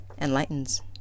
enlightens